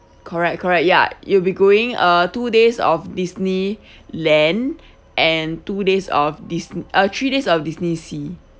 correct correct ya you'll be going uh two days of disney land and two days of dis~ uh three days of disneysea